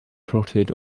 plotted